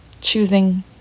choosing